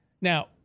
Now